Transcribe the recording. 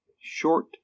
short